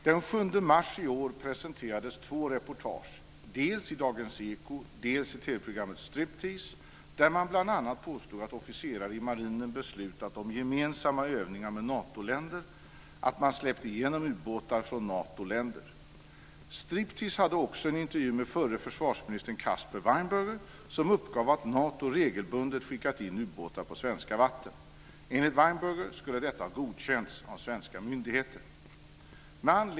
Den 7 mars i år presenterades två reportage, dels i Dagens Eko, dels i TV-programmet Striptease, där man bl.a. påstod att officerare i marinen beslutat om gemensamma övningar med Natoländer och att man släppt igenom ubåtar från Natoländer. Striptease hade också en intervju med förre försvarsministern Caspar Weinberger, som uppgav att Nato regelbundet skickat in ubåtar på svenska vatten. Enligt Weinberger skulle detta ha godkänts av svenska myndigheter.